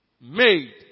made